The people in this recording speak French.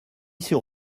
sur